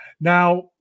Now